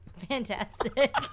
fantastic